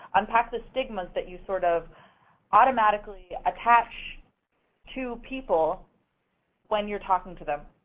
unpack the stigmas that you sort of automatically attach to people when you're talking to them.